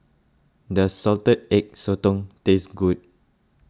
does Salted Egg Sotong taste good